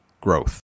growth